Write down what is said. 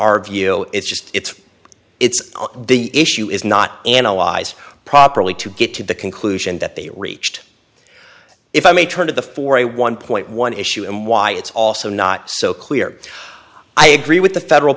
just it's it's the issue is not analyzed properly to get to the conclusion that they reached if i may turn to the for a one point one issue and why it's also not so clear i agree with the federal